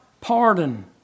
pardon